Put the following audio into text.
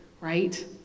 right